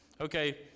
Okay